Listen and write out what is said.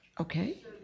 Okay